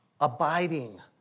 abiding